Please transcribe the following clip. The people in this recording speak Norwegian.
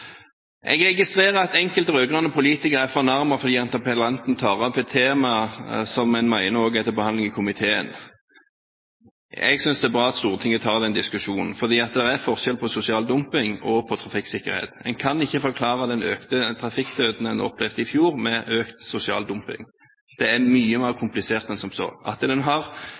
Jeg registrerer at enkelte rød-grønne politikere er fornærmet fordi interpellanten tar opp et tema som en mener også er til behandling i komiteen. Jeg synes det er bra at Stortinget tar den diskusjonen, for det er forskjell på sosial dumping og trafikksikkerhet. En kan ikke forklare den økningen i trafikkdrepte en opplevde i fjor, med økt sosial dumping. Det er mye mer komplisert enn som så. Der er treffpunkter, ja, men at